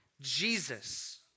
Jesus